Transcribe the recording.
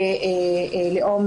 לפי לאום,